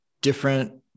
different